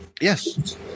Yes